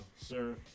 Sir